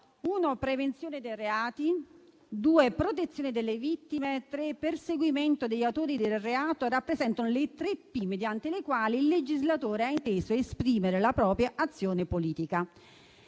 Prevenzione dei reati, protezione delle vittime e perseguimento degli autori del reato rappresentano le tre P mediante le quali il legislatore ha inteso esprimere la propria azione politica.